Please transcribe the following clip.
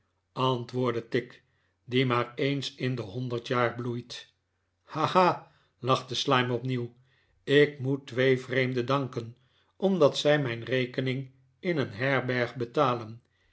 antwoordde tigg die maar eens in de honderd jaar bloeit ha ha lachte slyme opnieuw ik moet twee vreemden danken omdat zij mijn rekening in een herberg betalen